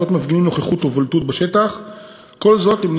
הכוחות מפגינים נוכחות ובולטות בשטח,